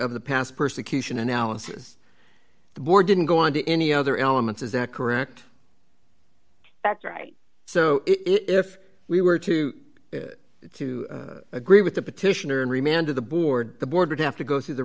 of the past persecution analysis the board didn't go on to any other elements is that correct that's right so if we were to to agree with the petitioner and remained of the board the board would have to go through the